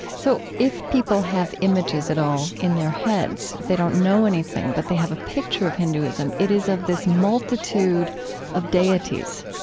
so if people have images at all in their heads they don't know anything, but they have picture of hinduism it is of this multitude of deities,